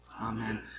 Amen